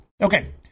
okay